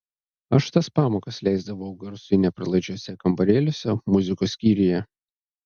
aš tas pamokas leisdavau garsui nepralaidžiuose kambarėliuose muzikos skyriuje